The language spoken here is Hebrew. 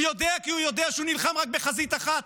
הוא יודע, כי הוא יודע שהוא נלחם רק בחזית אחת.